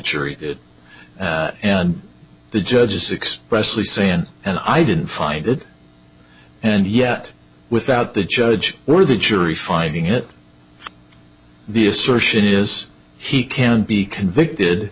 jury and the judges expressively saying and i didn't find it and yet without the judge or the jury finding it the assertion is he can be convicted